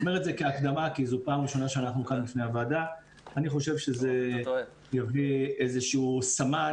לקראת פתיחת השנה אני חושב שיש לנו מספר